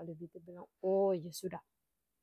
lalu beta bilang oh yasuda.